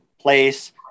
place